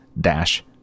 dash